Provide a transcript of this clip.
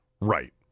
Right